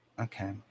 Okay